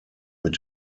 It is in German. mit